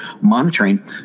monitoring